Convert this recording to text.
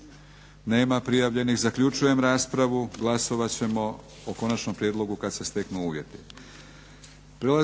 Nema prijavljenih. Zaključujem raspravu. Glasovat ćemo o konačnom prijedlogu kad se steknu uvjeti.